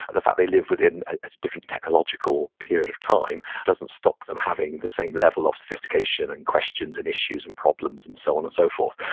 the fact that they live within a different technological period of time doesn't stop them having the same level of sophistication and questions and issues and problems and so on and so forth.